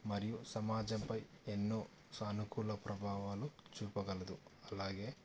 మరియు సమాజంపై ఎన్నో సానుకూల ప్రభావాలు చూపగలదు అలాగే